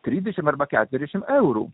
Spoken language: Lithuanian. trisdešimt arba keturiasdešimt eurų